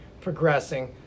progressing